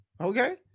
Okay